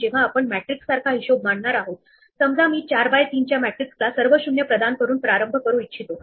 हे आपल्याला n झीरोची लिस्ट देते आणि आपण ती m रेंज मध्ये j साठी m टाइम्स करू शकतो